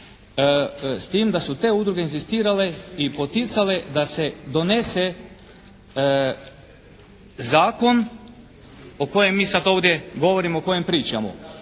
s tim da su te udruge inzistirale i poticale da se donese zakon o kojem mi sad ovdje govorimo, o kojem pričamo.